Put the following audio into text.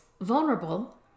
vulnerable